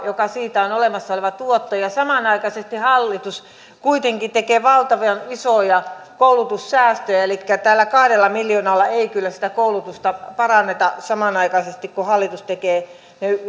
mikä siitä on olemassa oleva tuotto ja samanaikaisesti hallitus kuitenkin tekee valtavan isoja koulutussäästöjä elikkä tällä kahdella miljoonalla ei kyllä sitä koulutusta paranneta kun hallitus tekee